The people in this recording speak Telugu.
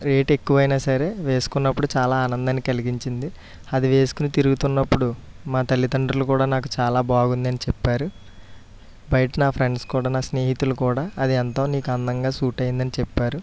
రేట్ ఎక్కువైనా సరే వేసుకున్నప్పుడు చాలా ఆనందాన్ని కలిగించింది అది వేసుకుని తిరుగుతున్నప్పుడు మా తల్లిదండ్రులు కూడా నాకు చాలా బాగుంది అని చెప్పారు బయట నా ఫ్రెండ్స్ కూడా నా స్నేహితులు కూడా అది ఎంతో నీకు అందంగా సూట్ అయింది అని చెప్పారు